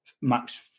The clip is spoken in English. Max